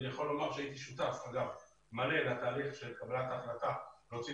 יכול לומר שהייתי שותף מלא לתהליך של קבלת ההחלטה להוציא